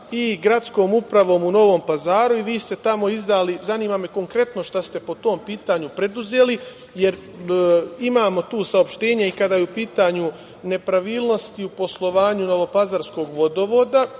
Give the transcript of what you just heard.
i gradskom upravom u Novom Pazaru i zanima me konkretno šta ste po tom pitanju preduzeli, jer imamo tu saopštenje i kada su u pitanju nepravilnosti u poslovanju novopazarskog vodovoda,